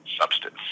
substance